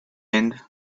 end